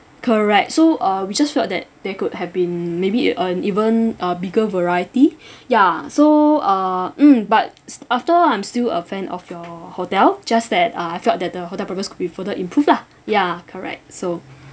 correct so uh we just felt that there could have been maybe uh even uh bigger variety ya so err mm but after I'm still a fan of your hotel just that uh I felt that the hotel breakfast could be further improved lah ya correct so